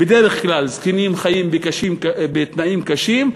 בדרך כלל זקנים חיים בתנאים קשים,